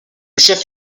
chef